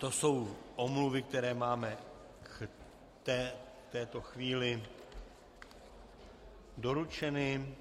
To jsou omluvy, které máme v této chvíli doručeny.